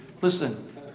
Listen